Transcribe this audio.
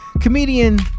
comedian